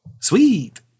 Sweet